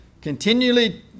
continually